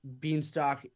beanstalk